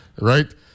right